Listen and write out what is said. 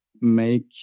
make